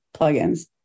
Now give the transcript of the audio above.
plugins